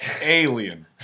Alien